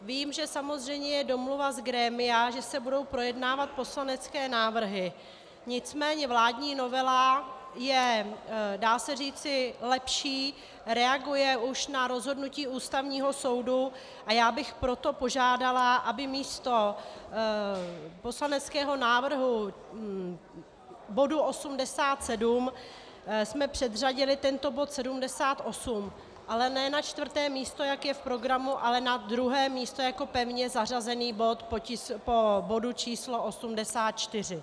Vím, že samozřejmě je domluva z grémia, že se budou projednávat poslanecké návrhy, nicméně vládní novela je, dá se říci, lepší, reaguje už na rozhodnutí Ústavního soudu, a já bych proto požádala, abychom místo poslaneckého návrhu, bodu 87, předřadili tento bod 78, ale ne na čtvrté místo, jak je v programu, ale na druhé místo jako pevně zařazený bod po bodu číslo 84.